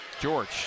George